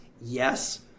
Yes